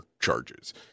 charges